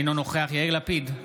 אינו נוכח יאיר לפיד,